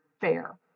fair